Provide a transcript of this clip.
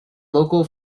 local